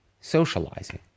socializing